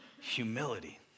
humility